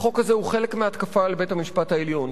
החוק הזה הוא חלק מהתקפה על בית-המשפט העליון,